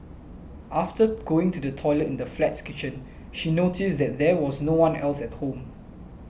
after going to the toilet in the flat's kitchen she noticed that there was no one else at home